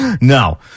no